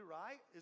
right